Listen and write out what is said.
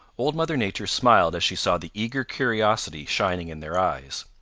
old mother nature smiled as she saw the eager curiosity shining in their eyes.